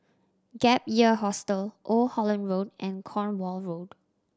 Gap Year Hostel Old Holland Road and Cornwall Road